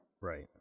right